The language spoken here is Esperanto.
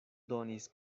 donis